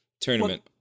tournament